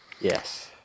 Yes